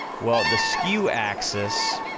well, the skew axis,